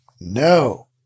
No